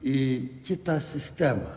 į kitą sistemą